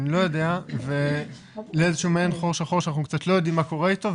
אני לא יודע ולאיזשהו מעין חור שחור שאנחנו קצת לא יודעים מה קורה איתו.